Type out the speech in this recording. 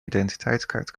identiteitskaart